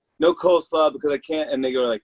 no coleslaw, because i can't and they're like,